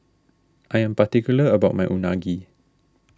I am particular about my Unagi